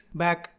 back